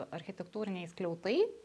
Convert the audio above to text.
architektūriniai skliautai